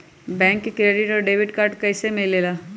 Bank से credit और debit card कैसी मिलेला?